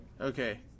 Okay